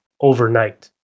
overnight